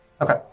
Okay